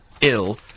ill